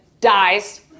dies